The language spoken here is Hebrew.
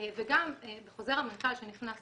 וגם בחוזר המנכ"ל שנכנס